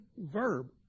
verb